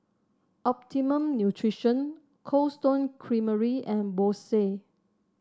Optimum Nutrition Cold Stone Creamery and Bose